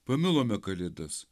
pamilome kalėdas